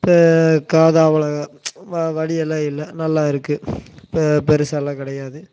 காது அவ்வளோதான் வலியெல்லாம் இல்லை நல்லா இருக்குது இப்போ பெருசாலாம் கிடையாது